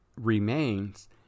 remains